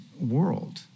world